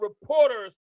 reporters